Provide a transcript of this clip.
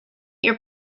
your